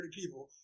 people